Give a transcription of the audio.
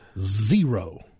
zero